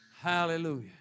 Hallelujah